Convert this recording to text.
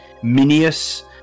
minius